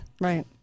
right